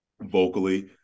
vocally